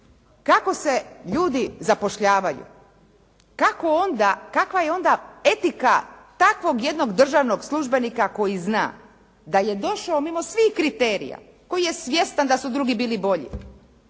kako se ljudi zapošljavaju, kakva je onda etika takvog jednog državnog službenika koji zna da je došao mimo svih kriterija, koji je svjestan da su drugi bili bolji?